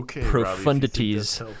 profundities